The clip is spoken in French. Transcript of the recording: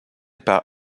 par